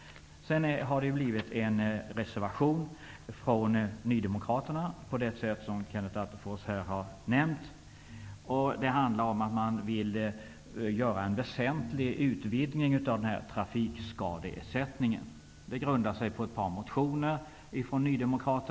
Ny demokrati har en reservation, som Kenneth Attefors nämnt, och som handlar om att man vill göra en väsentlig utvidgning när det gäller trafikskadeersättningen. Reservationen grundar sig på ett par motioner från Ny demokrati.